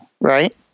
right